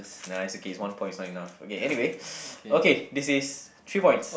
nah it's okay it's one point it's not enough okay anyway okay this is three points